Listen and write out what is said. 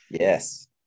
yes